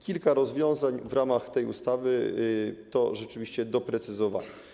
Kilka rozwiązań w ramach tej ustawy to rzeczywiście doprecyzowania.